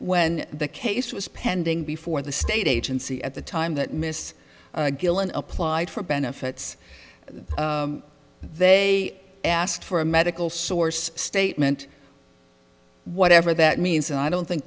when the case was pending before the state agency at the time that miss guillen applied for benefits they asked for a medical source statement whatever that means and i don't think